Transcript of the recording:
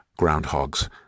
Groundhogs